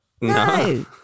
No